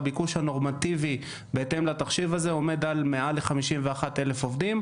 והביקוש הנורמטיבי בהתאם לתחשיב הזה עומד על מעל ל-51,000 עובדים.